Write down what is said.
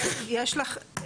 יש לך,